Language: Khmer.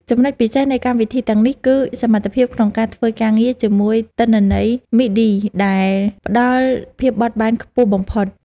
ចំណុចពិសេសនៃកម្មវិធីទាំងនេះ គឺ សមត្ថភាពក្នុងការធ្វើការងារជាមួយទិន្នន័យមីឌីដែលផ្តល់ភាពបត់បែនខ្ពស់បំផុត។